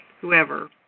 whoever